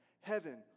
Heaven